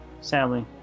sadly